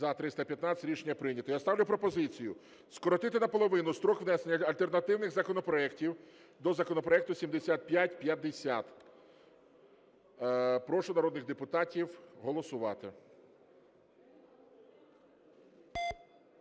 За-315 Рішення прийнято. Я ставлю пропозицію скоротити наполовину строк внесення альтернативних законопроектів до законопроекту 7550. Прошу народних депутатів голосувати.